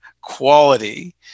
quality